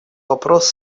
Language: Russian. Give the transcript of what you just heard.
вопрос